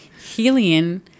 Helion